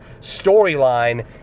Storyline